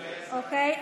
גם אני.